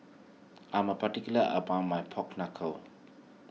I'm particular about my Pork Knuckle